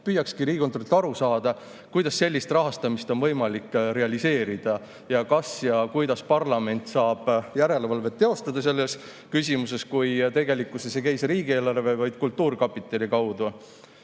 Püüakski riigikontrolörilt aru saada, kuidas sellist rahastamist on võimalik realiseerida. Kas ja kuidas parlament saab järelevalvet teostada selles küsimuses, kui tegelikkuses ei käi see riigieelarve, vaid kultuurkapitali kaudu?